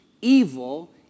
Evil